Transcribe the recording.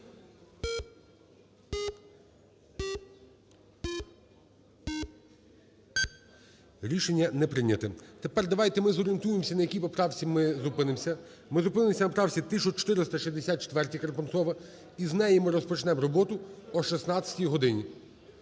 Рішення не прийняте. Тепер давайте ми зорієнтуємося, на якій поправці ми зупинимося. Ми зупинимося на поправці 1464 Капунцова. І з неї ми розпочнемо роботу о 16 годині.